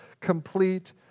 complete